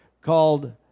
called